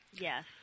Yes